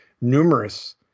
numerous